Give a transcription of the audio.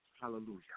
Hallelujah